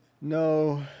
no